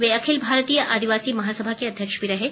वे अखिल भारतीय आदिवासी महासभा के अध्यक्ष भी रहें